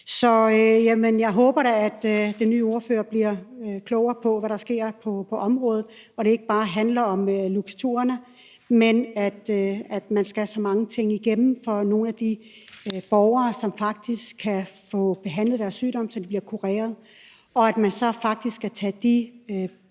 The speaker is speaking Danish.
Jeg håber da, at den nye ordfører bliver klogere på, hvad der sker på området, og at det ikke bare handler om Luxturna, men om, at nogle borgere, som faktisk kan få behandlet deres sygdom, så de bliver kureret, skal så mange ting igennem,